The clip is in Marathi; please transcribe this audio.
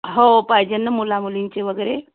हो पाहिजेन न मुलामुलींचे वगैरे